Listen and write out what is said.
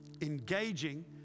engaging